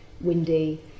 windy